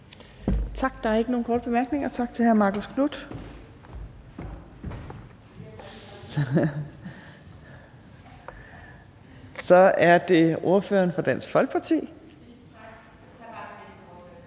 Tak. Der er ikke nogen korte bemærkninger, så tak til hr. Marcus Knuth. Så er det ordføreren for Dansk Folkeparti. (Pia Kjærsgaard (DF): Tak, men